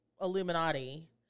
Illuminati